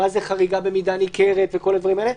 למשל מה זה חריגה במידה ניכרת וכל הדברים האלה.